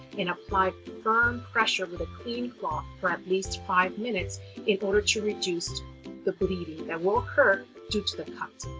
apply firm pressure with a clean cloth for at least five minutes in order to reduce the bleeding that will occur due to the cut.